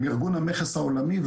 עם ארגון המכס העולמי,